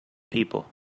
people